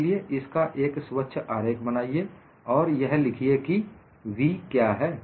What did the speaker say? इसीलिए इसका एक स्वच्छ आरेख बनाइए और यह लिखिए कि v क्या है